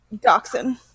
Dachshund